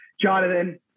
Jonathan